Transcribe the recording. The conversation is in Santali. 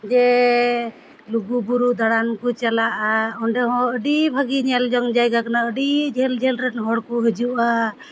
ᱡᱮ ᱞᱩᱜᱩ ᱵᱩᱨᱩ ᱫᱟᱲᱟᱱ ᱠᱚ ᱪᱟᱞᱟᱜᱼᱟ ᱚᱸᱰᱮ ᱦᱚᱸ ᱟᱹᱰᱤ ᱵᱷᱟᱹᱜᱤ ᱧᱮᱞ ᱡᱚᱝ ᱡᱟᱭᱜᱟ ᱠᱟᱱᱟ ᱟᱹᱰᱤ ᱡᱷᱟᱹᱞ ᱡᱷᱟᱹᱞ ᱨᱮᱱ ᱦᱚᱲ ᱠᱚ ᱦᱤᱡᱩᱜᱼᱟ